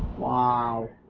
while,